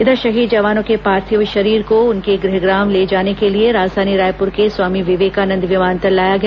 इधर शहीद जवानों के पार्थिव शरीर को उनके गृहग्राम ले जाने के लिए राजधानी रायपुर के स्वामी विवेकानंद विमानतल लाया गया